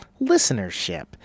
listenership